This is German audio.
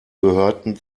gehörten